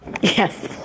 yes